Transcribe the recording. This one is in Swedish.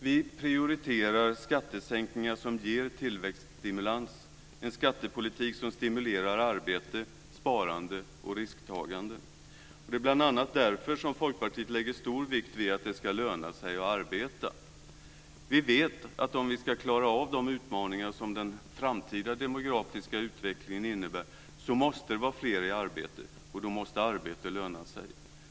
Vi prioriterar skattesänkningar som ger tillväxtstimulans, en skattepolitik som stimulerar arbete, sparande och risktagande. Det är bl.a. därför som Folkpartiet fäster stor vikt vid att det ska löna sig att arbeta. Vi vet att för att vi ska klara av de utmaningar som den framtida demografiska utvecklingen innebär måste fler vara i arbete. Då måste arbete löna sig.